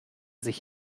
sich